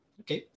okay